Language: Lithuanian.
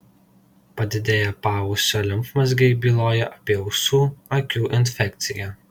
padidėję paausio limfmazgiai byloja apie ausų akių infekciją